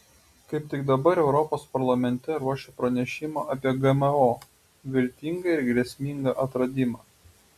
kaip tik dabar europos parlamente ruošiu pranešimą apie gmo viltingą ir grėsmingą atradimą